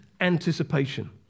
anticipation